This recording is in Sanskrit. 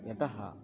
यतः